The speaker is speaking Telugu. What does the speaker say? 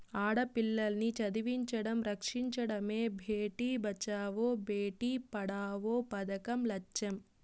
ఆడపిల్లల్ని చదివించడం, రక్షించడమే భేటీ బచావో బేటీ పడావో పదకం లచ్చెం